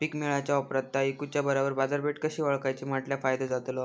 पीक मिळाल्या ऑप्रात ता इकुच्या बरोबर बाजारपेठ कशी ओळखाची म्हटल्या फायदो जातलो?